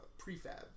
Prefab